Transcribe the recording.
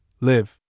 live